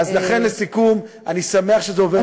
אז לכן, לסיכום, אני שמח שזה עובר לוועדה.